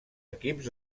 equips